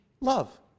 love